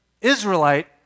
Israelite